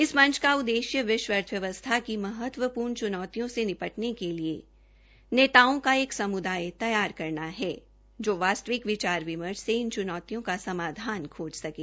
इस मंच का उद्देश्य विश्व अर्थव्यवसथा की महत्वपूर्ण च्नौतियों से निपटने के लिए नेताओं का एक सम्दाय तैयार करना है जो वास्तविक विचार विमर्श से इन च्नौतियों का समाधान खोज सकें